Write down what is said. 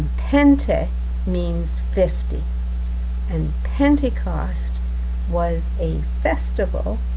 pente means fifty and pentecost was a festival,